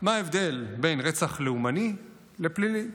מה ההבדל בין רצח לאומני לפלילי.